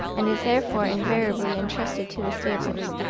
and is therefore invariably entrusted to the stables.